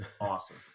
awesome